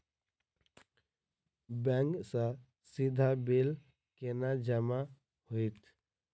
Bank सँ सीधा bill केना जमा होइत?